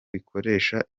bikoresha